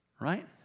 Right